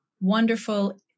wonderful